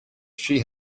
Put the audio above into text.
she